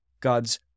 God's